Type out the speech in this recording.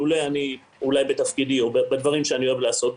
אילולא תפקידי והדברים שאני אוהב לעשות,